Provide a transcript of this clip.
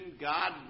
God